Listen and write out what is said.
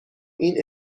این